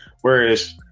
whereas